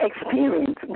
experience